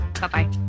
Bye-bye